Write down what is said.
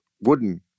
Wooden